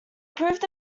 proved